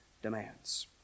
demands